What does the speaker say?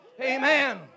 Amen